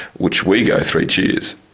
which we go three cheers.